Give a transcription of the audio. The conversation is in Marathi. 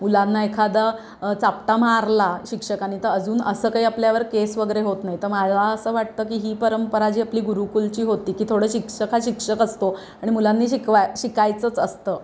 मुलांना एखादा चापटा मारला शिक्षकांनी त अजून असं काय आपल्यावर केस वगैरे होत नाही तर मला असं वाटतं की ही परंपरा जी आपली गुरुकुलची होती की थोडं शिक्षक हा शिक्षक असतो आणि मुलांनी शिकवाय शिकायचंच असतं